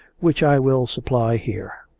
which i will supply here.